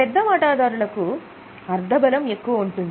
పెద్ద వాటాదారులకు అర్థబలం ఎక్కువ ఉంటుంది